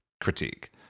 critique